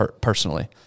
personally